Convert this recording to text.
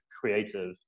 creative